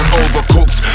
overcooked